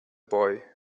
boy